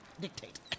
Dictate